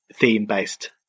theme-based